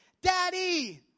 Daddy